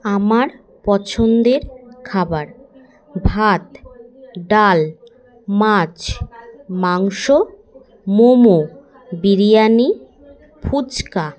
আমার পছন্দের খাবার ভাত ডাল মাছ মাংস মোমো বিরিয়ানি ফুচকা